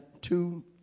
two